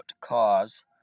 cause